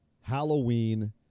Halloween